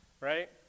right